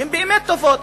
שהן באמת טובות,